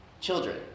children